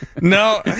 No